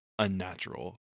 Unnatural